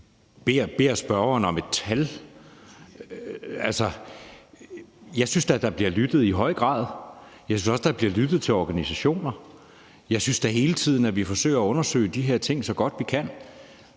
beder spørgeren om et tal? Jeg synes da, at der i høj grad bliver lyttet. Jeg synes også, at der bliver lyttet til organisationer. Jeg synes da, at vi hele tiden forsøger at undersøge de her ting så godt, vi kan.